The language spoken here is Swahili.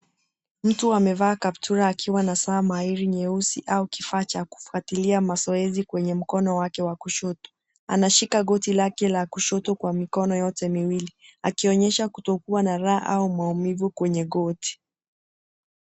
Mtu amevaa kaptura akiwa na saa mairi nyeusi au kifaa cha kifuatilia mazoezi kwenye mkono wake wa kushoto. Anashika goti lake la kushoto kwa mikono yake yote miwili, akionyesha kutokuwa na raha au maumivu kwenye goti.